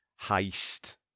heist